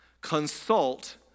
consult